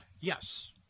Yes